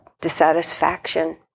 dissatisfaction